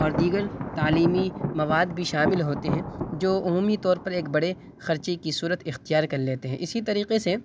اور دیگر تعلیمی مواد بھی شامل ہوتے ہیں جو عمومی طور پر ایک بڑے خرچے کی صورت اختیار کر لیتے ہیں اسی طریقے سے